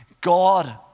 God